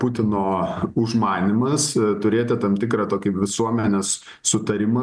putino užmanymas turėti tam tikrą tokį visuomenės sutarimą